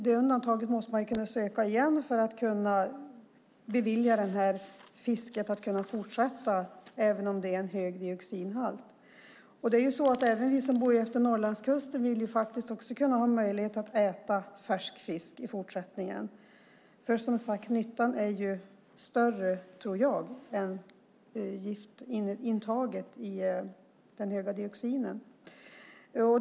Det undantaget måste man kunna söka igen för att bevilja det här fisket att fortsätta även om dioxinhalten i fisken är hög. Vi som bor utmed Norrlandskusten vill faktiskt också ha möjlighet att äta färsk fisk i fortsättningen. Jag tror som sagt att nyttan är större än skadan av giftintaget genom den höga dioxinhalten.